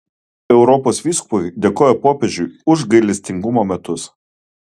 europos vyskupai dėkoja popiežiui už gailestingumo metus